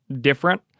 different